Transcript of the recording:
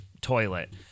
toilet